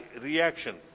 reaction